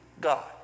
God